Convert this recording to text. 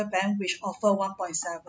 bank which offer one point seven